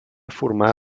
formar